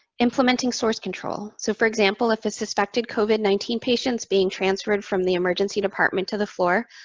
implementing source control. so for example, if a suspected covid nineteen patient's being transferred from the emergency department to the floor,